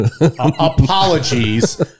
Apologies